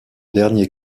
dernier